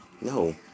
No